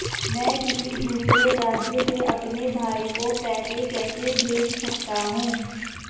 मैं किसी दूसरे राज्य से अपने भाई को पैसे कैसे भेज सकता हूं?